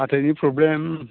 हाथाइनि प्रब्लेमनि